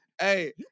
Hey